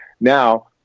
Now